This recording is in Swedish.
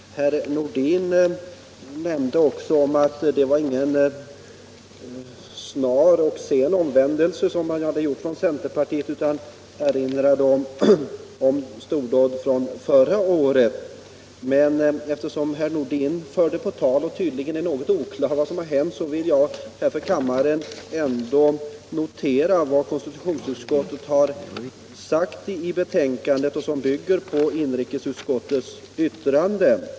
Herr Nordin sade också att det inte var någon snabb och sen omvändelse man gjort från centerpartiet utan erinrade om ”stordåd” förra året. Eftersom herr Nordin förde detta på tal och tydligen är något oklar över vad som hänt vill jag för kammaren ändå notera att vad konstitutionsutskottet sagt i betänkandet bygger på inrikesutskottets yttrande.